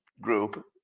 group